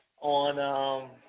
on